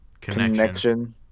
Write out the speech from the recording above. connection